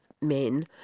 men